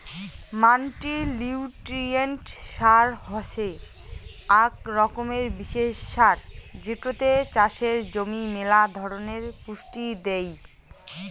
multinutrient সার হসে আক রকমের বিশেষ সার যেটোতে চাষের জমি মেলা ধরণের পুষ্টি দেই